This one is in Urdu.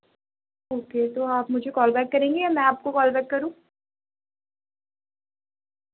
اوکے تو آپ مجھے کال بیک کریں گے یا میں آپ کو کال بیک کروں